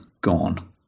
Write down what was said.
gone